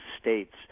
states